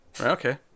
Okay